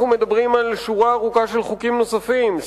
אנחנו מדברים על שורה ארוכה של חוקים נוספים,